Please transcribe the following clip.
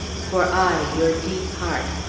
for i, your deep heart,